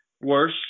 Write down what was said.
worse